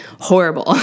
horrible